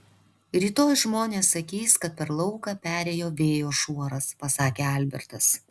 rytoj žmonės sakys kad per lauką perėjo vėjo šuoras pasakė albertas